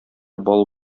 бал